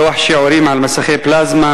לוח שיעורים על מסכי פלזמה,